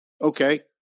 Okay